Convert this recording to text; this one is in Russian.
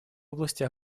области